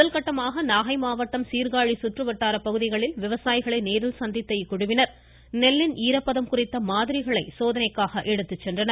முதல்கட்டமாக நாகை மாவட்டம் சீர்காழி சுற்றுவட்டாரப் பகுதிகளில் விவசாயிகளை நேரில் சந்தித்த இக்குழுவினர் நெல்லின் ஈரப்பதம் குறித்த மாதிரிகளை சோதனைக்காக எடுத்துச் செல்கின்றனர்